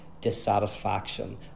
dissatisfaction